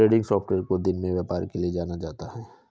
trending software को दिन के व्यापार के लिये जाना जाता है